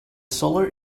solar